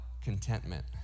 contentment